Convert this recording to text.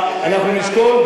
אנחנו נשקול,